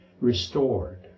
restored